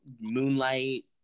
Moonlight